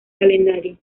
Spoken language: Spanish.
calendario